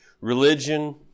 religion